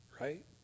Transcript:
right